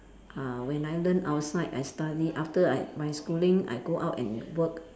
uh when I learn outside I study after I my schooling I go out and work